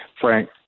Frank